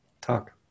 talk